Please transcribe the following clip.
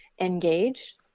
engage